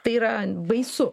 tai yra baisu